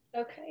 Okay